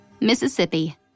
Mississippi